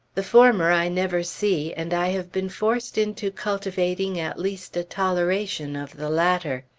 the former i never see, and i have been forced into cultivating at least a toleration of the latter.